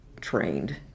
trained